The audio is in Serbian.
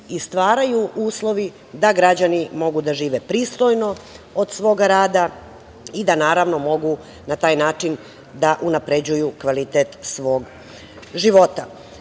i stvaraju uslovi da građani mogu da žive pristojno od svoga rada i da mogu na taj način da unapređuju kvalitet svog života. Daj